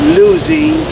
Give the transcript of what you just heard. losing